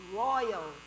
royal